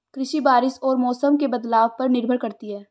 कृषि बारिश और मौसम के बदलाव पर निर्भर करती है